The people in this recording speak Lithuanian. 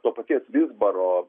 to paties vizbaro